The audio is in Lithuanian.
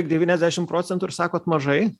devyniasdešim procentų ir sakot mažai